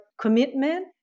commitment